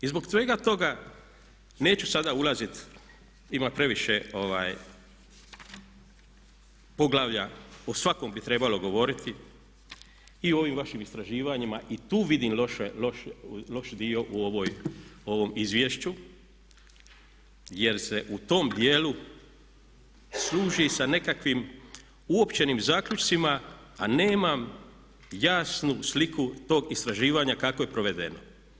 I zbog svega toga neću sada ulaziti jer ima previše poglavlja a o svakom bi trebalo govoriti i o ovim vašim istraživanjima, i tu vidim loš dio u ovom izvješću jer se u tom dijelu služi sa nekakvim uopćenim zaključcima a nema jasne slike tog istraživanja kako je provedeno.